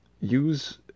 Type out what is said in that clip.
Use